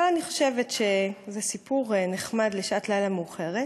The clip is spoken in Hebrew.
אבל אני חושבת שזה סיפור נחמד לשעות לילה מאוחרת